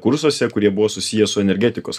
kursuose kurie buvo susiję su energetikos